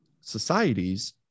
societies